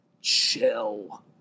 chill